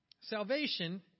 Salvation